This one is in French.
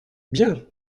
bien